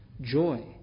joy